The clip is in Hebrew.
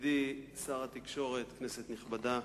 ידידי שר התקשורת, כנסת נכבדה,